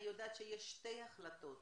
אני יודעת שיש שתי החלטות